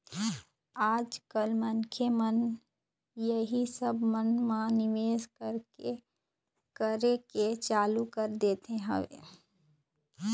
आज कल मनखे मन इही सब मन म निवेश करे के चालू कर दे हवय